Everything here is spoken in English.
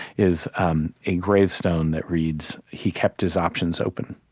is um a gravestone that reads, he kept his options open.